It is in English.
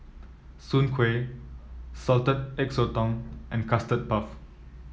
Soon Kway Salted Egg Sotong and Custard Puff